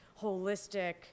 holistic